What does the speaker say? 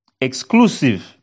exclusive